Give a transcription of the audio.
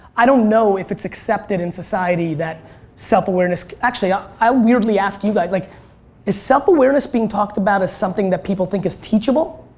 i don't know if it's accepted in society that self-awareness. actually i'll weirdly ask you guys like is self-awareness being talked about as something that people think is teachable?